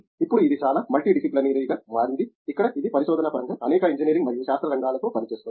ఇప్పుడు ఇది చాలా మల్టీ డిసిప్లినరీ గా మారింది ఇక్కడ ఇది పరిశోధన పరంగా అనేక ఇంజనీరింగ్ మరియు శాస్త్ర రంగాల తో పనిచేస్తోంది